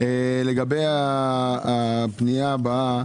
לגבי הפנייה הבאה.